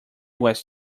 was